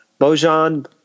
Bojan